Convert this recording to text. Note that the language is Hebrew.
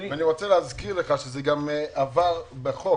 אני רוצה להזכיר לך שזה עבר בחוק.